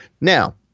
now